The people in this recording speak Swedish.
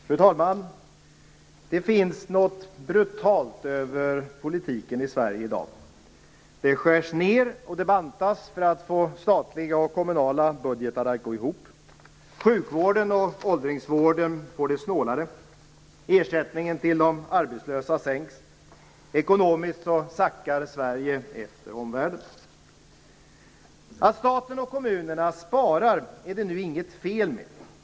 Fru talman! Det finns något brutalt över politiken i Sverige i dag. Det skärs ned och det bantas för att få statliga och kommunala budgetar att gå ihop. Sjukvården och åldringsvården får det snålare, ersättningen till de arbetslösa sänks. Ekonomiskt sackar Sverige efter omvärlden. Att staten och kommunerna sparar är inget fel.